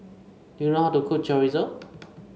do you know how to cook Chorizo